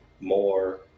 more